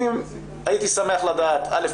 אני הייתי שמח לדעת א.